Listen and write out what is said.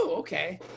Okay